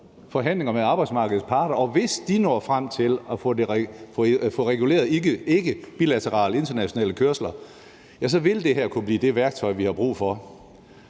forhandlinger med arbejdsmarkedets parter, og hvis de når frem til at få reguleret ikkebilaterale internationale kørsler, vil det her kunne blive det værktøj, vi har brug for.